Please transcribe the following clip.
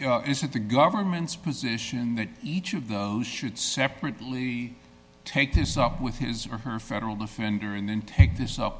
is it the government's position that each of those should separately take this up with his or her federal defender and then take this up